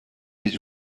its